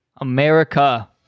America